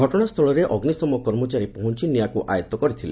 ଘଟଣାସ୍ସଳରେ ଅଗ୍ନିଶମ କର୍ମଚାରୀ ପହଞ୍ ନିଆଁକୁ ଆୟଉ କରିଥିଲେ